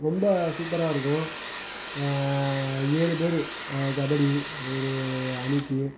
ரொம்ப சூப்பராக இருக்கும் ஏழு பேர் கபடி ஒரு அணிக்கு